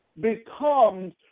becomes